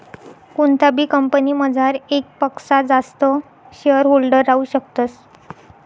कोणताबी कंपनीमझार येकपक्सा जास्त शेअरहोल्डर राहू शकतस